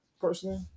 personally